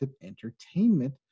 Entertainment